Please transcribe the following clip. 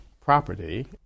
property